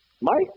Mike